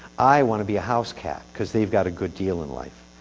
i want to be a house cat cause they've got a good deal of life.